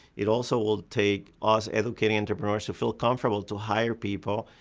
it also will take us educating entrepreneurs to feel comfortable to hire people,